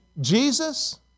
Jesus